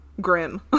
grim